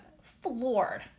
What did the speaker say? floored